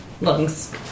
Lungs